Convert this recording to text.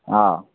हँ